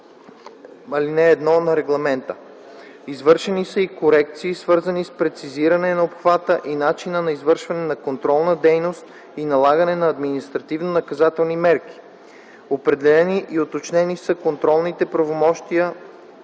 ал. 1 на Регламента. Извършени са и корекции, свързани с прецизиране на обхвата и начина на извършване на контролна дейност и налагане на административно-наказателни мерки. Определени и уточнени са контролните правомощия